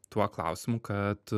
tuo klausimu kad